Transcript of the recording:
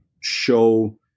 show